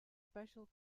special